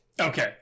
okay